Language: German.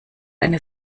eine